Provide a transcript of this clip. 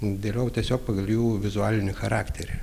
dėliojau tiesiog pagal jų vizualinį charakterį